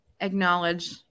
acknowledge